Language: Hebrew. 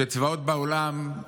שצבאות בעולם,